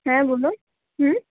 হ্যাঁ বলুন হুম